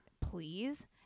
please